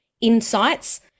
insights